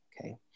okay